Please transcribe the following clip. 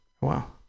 wow